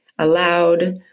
aloud